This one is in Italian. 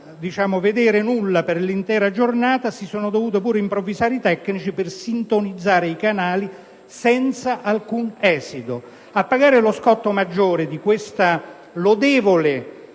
hanno visto nulla per l'intera giornata, ma si sono anche dovuti improvvisare tecnici per sintonizzare i canali, senza alcun esito. A pagare lo scotto maggiore di questa lodevole,